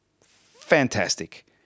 Fantastic